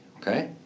okay